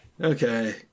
Okay